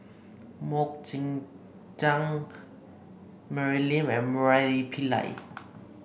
MoK Ying Jang Mary Lim and Murali Pillai